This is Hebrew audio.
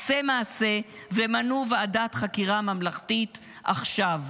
עשה מעשה ומנו ועדת חקירה ממלכתית עכשיו.